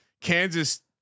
Kansas